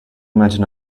mention